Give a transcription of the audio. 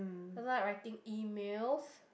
doesn't like writing Emails